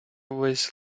весь